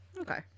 Okay